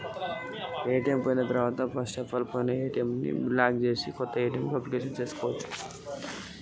నా ATM card పోతే bank లో కొత్త కార్డు ఇస్తరా?